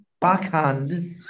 backhand